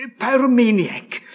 Pyromaniac